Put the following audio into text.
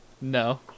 No